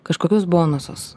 kažkokius bonusus